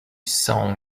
sang